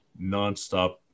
nonstop